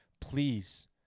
please